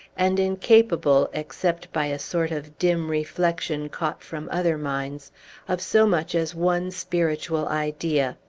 and incapable except by a sort of dim reflection caught from other minds of so much as one spiritual idea.